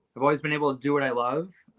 i've always been able to do what i love,